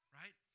right